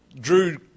drew